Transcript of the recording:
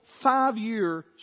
five-year